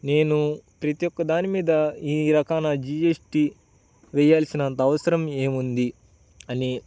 నేను ప్రతి ఒక్క దాని మీద ఈ రకానా జీ ఎస్ టీ వెయ్యాల్సిన అంత అవసరం ఏముంది అని